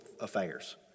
affairs